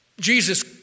Jesus